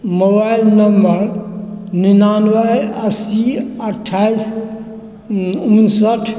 mobile number निनानबे अस्सी अठाइस उनसठि